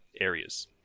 areas